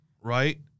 right